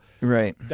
Right